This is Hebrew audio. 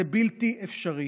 זה בלתי אפשרי.